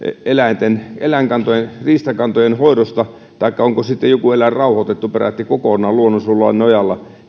eläinkantojen riistakantojen hoidosta taikka siitä onko joku eläin rauhoitettu peräti kokonaan luonnonsuojelulain nojalla